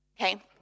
Okay